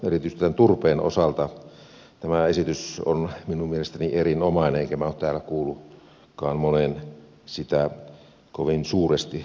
erityisesti turpeen osalta tämä esitys on minun mielestäni erinomainen enkä minä ole täällä kuullutkaan monen sitä kovin suuresti vastustavan